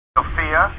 Sophia